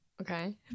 okay